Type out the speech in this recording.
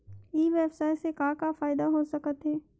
ई व्यवसाय से का का फ़ायदा हो सकत हे?